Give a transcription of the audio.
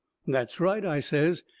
that's right, i says,